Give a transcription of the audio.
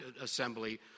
assembly